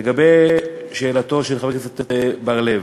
לגבי שאלתו של חבר הכנסת בר-לב: